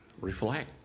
Reflect